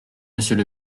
monsieur